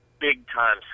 big-time